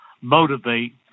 motivate